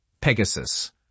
Pegasus